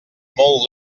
molt